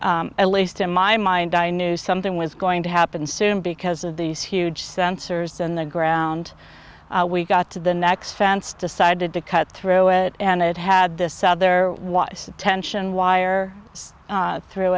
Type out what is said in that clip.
knew at least in my mind i knew something was going to happen soon because of these huge sensors in the ground we got to the next sense decided to cut through it and it had this out there was tension wire through